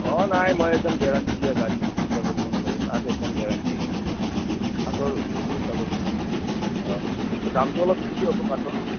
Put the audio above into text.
অঁ নাই মই একদম গেৰাণ্টি দিয়া কাঠ দিম চিন্তা কৰিব নালাগে কাঠ একদম গেৰাণ্টি কাঠৰ চিন্তা কৰিব নালাগে অঁ দামটো অলপ বেছি হ'ব কাঠৰ